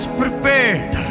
prepared